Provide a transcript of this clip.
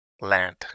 land